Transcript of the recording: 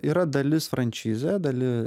yra dalis frančizė dali